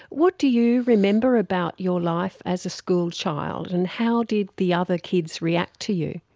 what do you remember about your life as a school child and how did the other kids react to you?